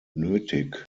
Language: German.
nötig